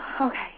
okay